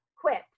quit